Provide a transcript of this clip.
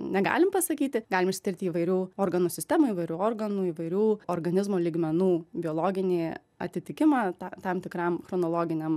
negalim pasakyti galim išskirti įvairių organų sistemų įvairių organų įvairių organizmo lygmenų biologinį atitikimą ta tam tikram chronologiniam